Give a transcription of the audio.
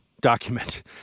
document